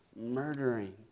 murdering